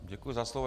Děkuji za slovo.